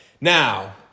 now